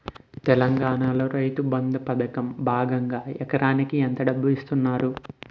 తెలంగాణలో రైతుబంధు పథకం భాగంగా ఎకరానికి ఎంత డబ్బు ఇస్తున్నారు?